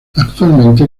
actualmente